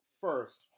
first